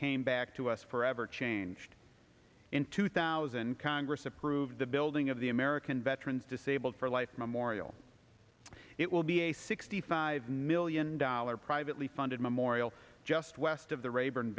came back to us forever changed in two thousand congress approved the building of the american veterans disabled for life memorial it will be a sixty five million dollars privately funded memorial just west of the rayburn